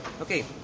okay